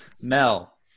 Mel